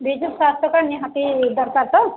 ବିଜୁ ସ୍ୱାସ୍ଥ୍ୟ କାର୍ଡ଼୍ ନିହାତି ଦରକାର୍ ତ